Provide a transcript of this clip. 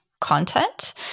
content